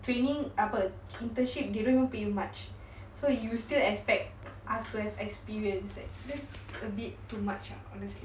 training apa internship they don't even pay much so you still expect us to have experiences that this a bit too much ah honestly